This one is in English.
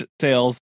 sales